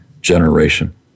generation